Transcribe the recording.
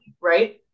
right